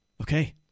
Okay